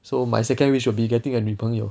so my second wish will be getting a 女朋友